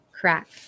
Crack